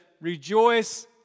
Rejoice